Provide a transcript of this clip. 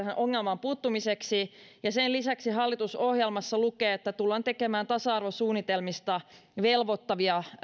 ongelmaan puuttumiseksi sen lisäksi hallitusohjelmassa lukee että tullaan tekemään tasa arvosuunnitelmista velvoittavia